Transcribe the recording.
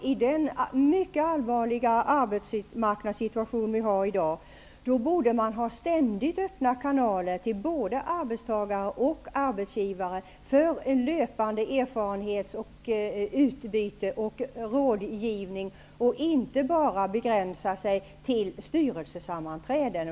Med den mycket allvarliga arbetsmarknadssituation som vi har i dag borde man ha ständigt öppna kanaler till både arbetstagare och arbetsgivare för att få löpande erfarenhet, utbyte och rådgivning och inte bara begränsa sig till styrelsesammanträden.